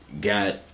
got